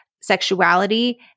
sexuality